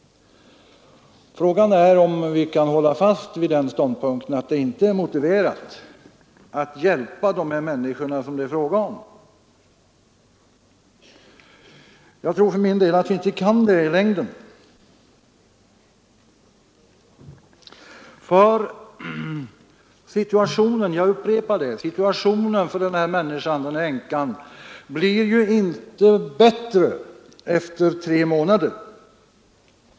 Frågan är om man kan hålla fast vid ståndpunkten att det inte är motiverat att hjälpa de människor som det här är fråga om. Jag tror inte att man kan fortsätta med att hävda en sådan linje. Situationen för den omtalade änkan blir inte — jag upprepar det — bättre efter tre månader.